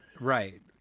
Right